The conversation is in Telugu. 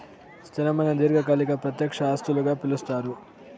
స్థిరమైన దీర్ఘకాలిక ప్రత్యక్ష ఆస్తులుగా పిలుస్తారు